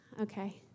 Okay